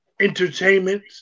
entertainment